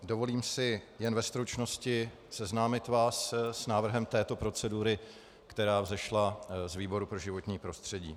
Dovolím si jen ve stručnosti seznámit vás s návrhem této procedury, která vzešla z výboru pro životní prostředí.